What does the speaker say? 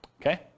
Okay